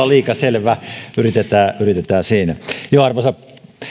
liikaa selvä yritetään arvoisa